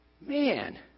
man